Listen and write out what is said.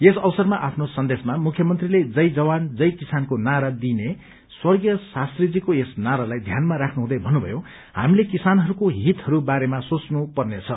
यस अवसरमा आफ्नो सन्देशमा मुख्यमन्त्रीले जय जवान जय किसानको नारा दिइने स्वर्गीय शास्त्रीजीको यस नारालाई ध्यानमा राख्नुहुँदै भन्नुभयो हामीले किसानहरूको हितहरू बारेमा सोंच्न पर्नेछ